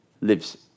lives